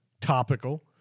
topical